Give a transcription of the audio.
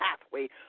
pathway